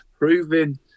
Proving